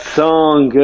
song